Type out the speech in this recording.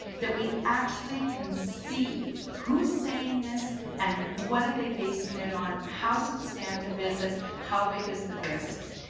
that we actually can see who is saying this and what are they basing it on? how substantive is it? how big is the risk?